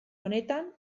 honetan